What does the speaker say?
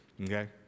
Okay